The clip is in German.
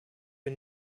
wir